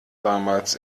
damals